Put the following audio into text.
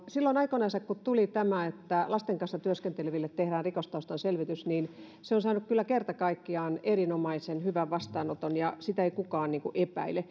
silloin aikoinansa kun tuli tämä että lasten kanssa työskenteleville tehdään rikostaustan selvitys niin se on saanut kyllä kerta kaikkiaan erinomaisen hyvän vastaanoton ja sitä ei kukaan epäile